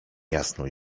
jasno